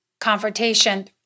confrontation